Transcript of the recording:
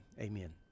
amen